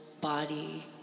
body